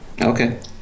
Okay